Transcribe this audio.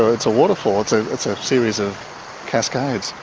it's a waterfall, it's and it's a series of cascades.